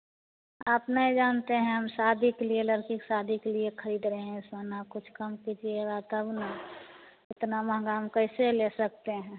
आप नहीं जानते हैं हम शादी के लिए लड़की के शादी के लिए खरीद रहे हैं सोना कुछ कम कीजिएगा तब ना इतना महँगा हम कैसे ले सकते हैं